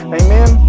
amen